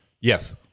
Yes